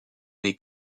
n’ai